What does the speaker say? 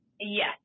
Yes